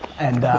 and